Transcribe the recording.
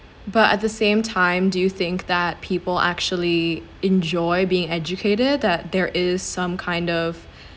but at the same time do you think that people actually enjoy being educated that there is some kind of